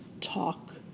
talk